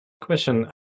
question